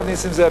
הרב נסים זאב,